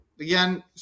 Again